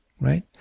right